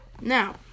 Now